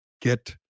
get